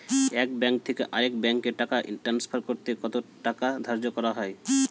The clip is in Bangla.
এক ব্যাংক থেকে আরেক ব্যাংকে টাকা টান্সফার করতে কত টাকা ধার্য করা হয়?